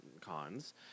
cons